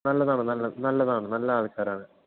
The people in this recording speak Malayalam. നല്ലതാണ് നല്ല നല്ലതാണ് നല്ല അൾക്കാർ ആണ്